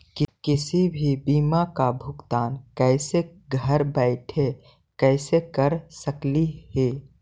किसी भी बीमा का भुगतान कैसे घर बैठे कैसे कर स्कली ही?